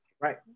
Right